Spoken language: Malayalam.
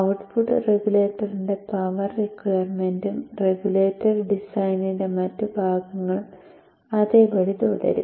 ഔട്ട്പുട്ട് റെഗുലേറ്ററിന്റെ പവർ റിക്യുർമെന്റും റെഗുലേറ്റർ ഡിസൈനിന്റെ മറ്റ് ഭാഗങ്ങളും അതേപടി തുടരും